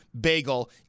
bagel